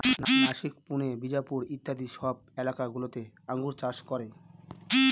নাসিক, পুনে, বিজাপুর ইত্যাদি সব এলাকা গুলোতে আঙ্গুর চাষ করে